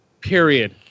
Period